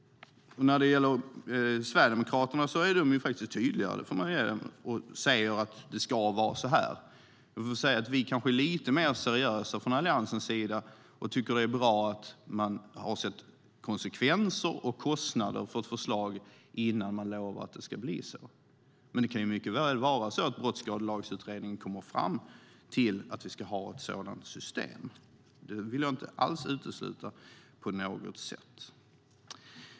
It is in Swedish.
När det gäller Sverigedemokraterna är de tydligare. Det får man ge dem. De säger att det ska vara på ett visst sätt. Jag får säga att vi från Alliansens sida kanske är lite mer seriösa och tycker att det är bra att man har sett konsekvenser av och kostnader för ett förslag innan man lovar att det ska bli så. Men det kan mycket väl vara så att Brottsskadelagsutredningen kommer fram till att vi ska ha ett sådant system. Det vill jag inte alls utesluta på något sätt.